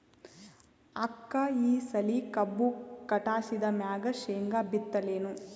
ಅಕ್ಕ ಈ ಸಲಿ ಕಬ್ಬು ಕಟಾಸಿದ್ ಮ್ಯಾಗ, ಶೇಂಗಾ ಬಿತ್ತಲೇನು?